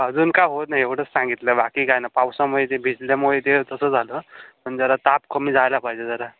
अजून काय होत नाही एवढंच सांगितलं बाकी काय नाही पावसामुळे ते भिजल्यामुळे ते तसं झालं पण जरा ताप कमी जायला पाहिजे जरा